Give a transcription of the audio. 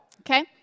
Okay